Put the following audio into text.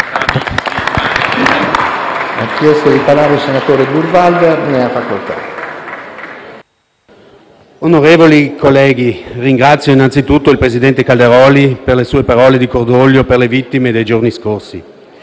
Onorevoli colleghi, ringrazio innanzitutto il presidente Calderoli per le sue parole di cordoglio per le vittime dei giorni scorsi.